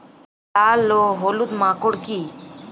লাল ও হলুদ মাকর কী?